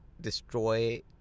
destroy